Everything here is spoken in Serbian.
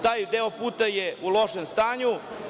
Taj deo puta je u lošem stanju.